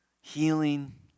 healing